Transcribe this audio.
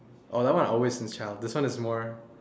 oh that one I always this one is more